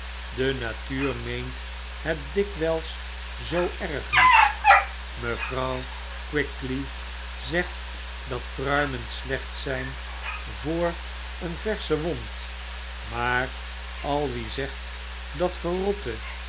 de natuur meent het dikwyls zoo erg niet mevrouw quickly zegt dat pruimen slecht zijn voor een versche wond maar al wie zegt dat verrotte